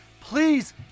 Please